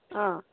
অঁ